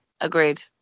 Agreed